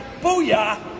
Booyah